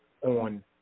on